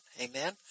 Amen